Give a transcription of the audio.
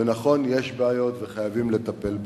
ונכון, יש בעיות וחייבים לטפל בבעיות.